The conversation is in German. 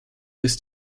ist